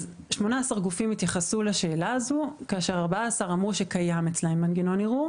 18 גופים התייחסו לשאלה הזאת כאשר 14 אמרו שקיים אצלם מנגנון ערעור